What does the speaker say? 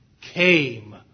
came